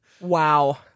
wow